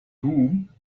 whom